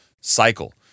cycle